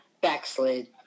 backslid